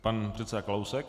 Pan předseda Kalousek.